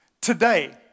Today